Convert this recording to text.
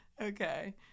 okay